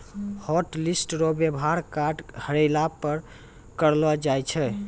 hotlist रो वेवहार card हेरैला पर करलो जाय छै